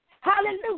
Hallelujah